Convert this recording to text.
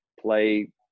play –